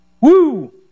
woo